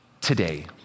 today